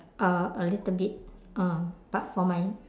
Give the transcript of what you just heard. uh a little bit um but for my